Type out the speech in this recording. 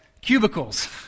Cubicles